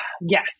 yes